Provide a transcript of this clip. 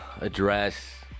address